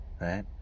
right